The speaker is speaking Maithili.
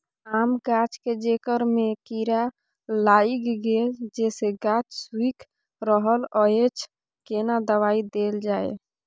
आम गाछ के जेकर में कीरा लाईग गेल जेसे गाछ सुइख रहल अएछ केना दवाई देल जाए?